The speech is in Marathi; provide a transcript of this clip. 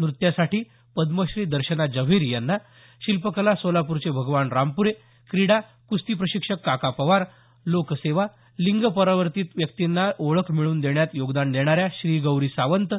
नृत्यासाठी पद्मश्री दर्शना जव्हेरी यांना शिल्पकला सोलाप्रचे भगवान रामपूरे क्रीडा क्स्ती प्रशिक्षक काका पवार लोकसेवा लिंग परिवर्तीत व्यक्तींना ओळख मिळवून देण्यात योगदान देणा या श्रीगौरी सावंत